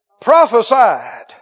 Prophesied